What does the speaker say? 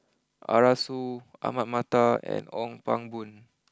Arasu Ahmad Mattar and Ong Pang Boon